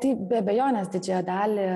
tai be abejonės didžiąją dalį